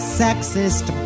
sexist